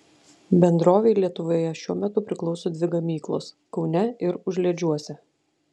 bendrovei lietuvoje šiuo metu priklauso dvi gamyklos kaune ir užliedžiuose